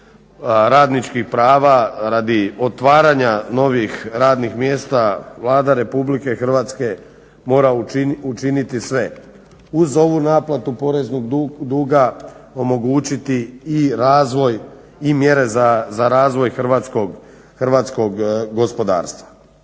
radničkih prava, radi otvaranja novih radnih mjesta Vlada Republike Hrvatske mora učiniti sve. Uz ovu naplatu poreznog duga omogućiti i razvoj i mjere za razvoj hrvatskog gospodarstva.